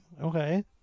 Okay